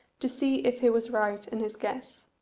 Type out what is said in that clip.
to see if he was right in his guess.